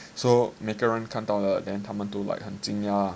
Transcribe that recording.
so 每个人看到了他们都很惊讶